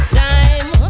time